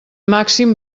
màxim